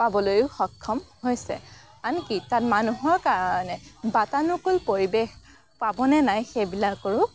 পাবলৈও সক্ষম হৈছে আনকি তাত মানুহৰ কাৰণে বাতানুকুল পৰিৱেশ পাব নে নাই সেইবিলাকৰো